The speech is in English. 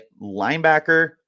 linebacker